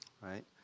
right